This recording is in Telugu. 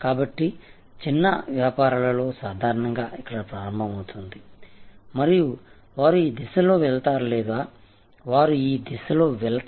కాబట్టి చిన్న వ్యాపారాలలో సాధారణంగా ఇక్కడ ప్రారంభమవుతుంది మరియు వారు ఈ దిశలో వెళతారు లేదా వారు ఈ దిశలో వెళతారు